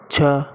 छः